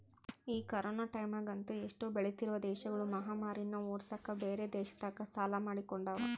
ಈ ಕೊರೊನ ಟೈಮ್ಯಗಂತೂ ಎಷ್ಟೊ ಬೆಳಿತ್ತಿರುವ ದೇಶಗುಳು ಮಹಾಮಾರಿನ್ನ ಓಡ್ಸಕ ಬ್ಯೆರೆ ದೇಶತಕ ಸಾಲ ಮಾಡಿಕೊಂಡವ